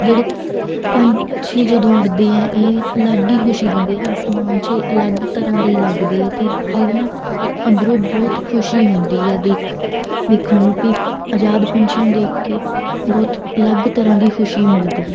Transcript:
ਜਿਹੜੇ ਪੰਛੀ ਜਦੋਂ ਉੱਡਦੇ ਹੈ ਇਹ ਅਲੱਗ ਹੀ ਖੁਸ਼ੀ ਦਿੰਦੇ ਆਸਮਾਨ 'ਚ ਅਲੱਗ ਤਰ੍ਹਾਂ ਦੇ ਲੱਗਦੇ ਹੈ ਅਤੇ ਜਿਹਦੇ ਨਾਲ ਅੰਦਰੋਂ ਬਹੁਤ ਖੁਸ਼ੀ ਹੁੰਦੀ ਹੈ ਦੇਖ ਦੇਖਣ ਨੂੰ ਵੀ ਆਜ਼ਾਦ ਪੰਛੀਆਂ ਨੂੰ ਦੇਖ ਕੇ ਬਹੁਤ ਅਲੱਗ ਤਰ੍ਹਾਂ ਦੀ ਖੁਸ਼ੀ ਮਿਲਦੀ ਹੈ